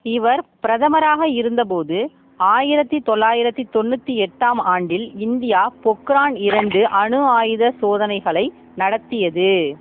இவர் பிரதமராக இருந்தபோது ஆயிரத்தி தொள்ளாயிரத்தி தொண்ணூற்றி எட்டாம் ஆண்டில் இந்தியா பொக்ரான் இரண்டு அணு ஆயுத சோதனைகளை நடத்தியது